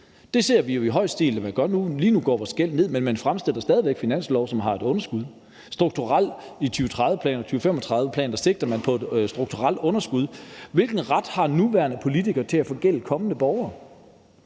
Det ser vi jo at man i høj grad gør nu. Lige nu går vores gæld ned, men man fremsætter stadig væk finanslovsforslag, som opererer med et underskud. I 2030-planen og 2035-planen sigter man mod et strukturelt underskud. Hvilken ret har nuværende politikere til at forgælde kommende borgere?